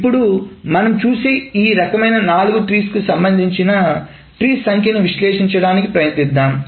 ఇప్పుడు మనం చూసే ఈ రకమైన నాలుగు ట్రీస్ కు సంబంధించినట్రీస్ సంఖ్యను విశ్లేషించడానికి ప్రయత్నిద్దాం